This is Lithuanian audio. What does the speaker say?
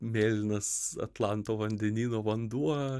mėlynas atlanto vandenyno vanduo